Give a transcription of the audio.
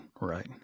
Right